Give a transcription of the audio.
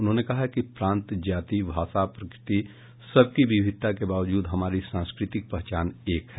उन्होंने कहा कि प्रान्त जाति भाषा प्रकृति सबकी विविधता के बावजूद हमारी सांस्कृतिक पहचान एक है